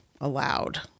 allowed